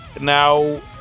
Now